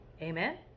Amen